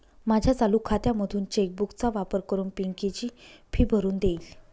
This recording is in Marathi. माझ्या चालू खात्यामधून चेक बुक चा वापर करून पिंकी ची फी भरून देईल